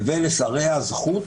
ולשריה זכות.